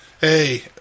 Hey